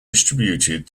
distributed